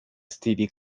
std